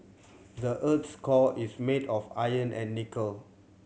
the earth's core is made of iron and nickel